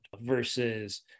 versus